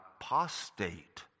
apostate